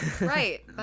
Right